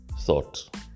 thought